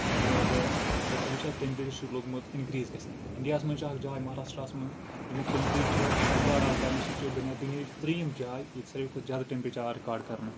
مطلب اَگر ژٕ وٕچھکھ ٹیمپریچر چھُ لوٚگمُت اِنکریٖز گژھنہِ اِنٛڑیاہَس منٛز چھِ اکھ جاے مَہاراشٹراہَس منٛز اَمیُک ٹیمپریچر رِکاڑ آو کرنہٕ سُہ چھُ بَنیے دُنیاہٕچ ترٛیِم جاے ییٚتہِ ساروی کھۄتہٕ زیادٕ ٹیمپریچر آو رِکاڈ کرنہٕ